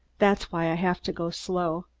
that's why i have to go slow.